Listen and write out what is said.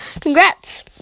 congrats